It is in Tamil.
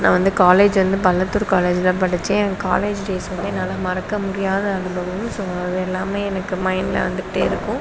நான் வந்து காலேஜ் வந்து பள்ளத்தூர் காலேஜில் படித்தேன் என் காலேஜ் டேஸ் வந்து என்னால் மறக்க முடியாத அனுபவம் ஸோ அது எல்லாமே எனக்கு மைண்டில் வந்துக்கிட்டே இருக்கும்